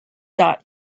dot